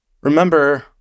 remember